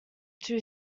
two